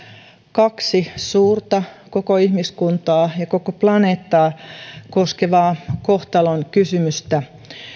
kaksi suurta koko ihmiskuntaa ja koko planeettaa koskevaa kohtalonkysymystä